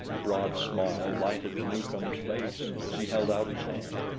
a broad smile lighted the newcomer's face as he held out his hand.